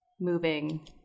moving